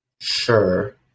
Sure